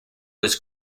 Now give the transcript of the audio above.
was